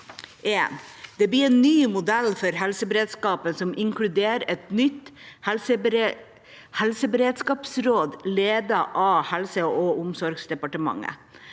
Det blir en ny modell for helseberedskapen som inkluderer et nytt helseberedskapsråd ledet av Helseog omsorgsdepartementet.